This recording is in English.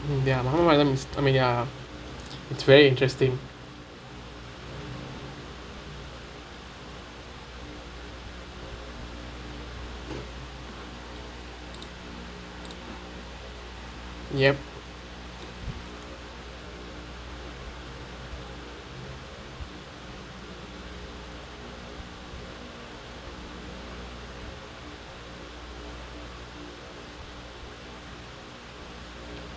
ya I mean ya it's very interesting yup